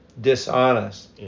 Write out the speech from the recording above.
dishonest